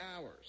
hours